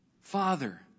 Father